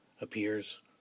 appears